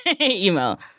email